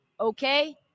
okay